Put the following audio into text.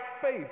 faith